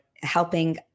helping